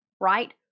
right